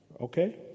okay